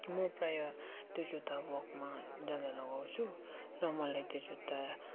म प्रायः त्यो जुत्ता वकमा जाँदा लगाउँछु र मलाई त्यो जुत्ता